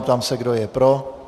Ptám se, kdo je pro.